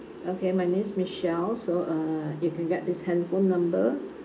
okay my name is michelle so uh you can get this handphone number